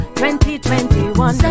2021